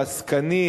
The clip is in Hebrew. העסקני,